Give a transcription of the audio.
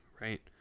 right